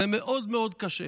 זה מאוד מאוד קשה.